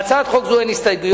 להצעת חוק זו אין הסתייגויות.